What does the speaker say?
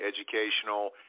educational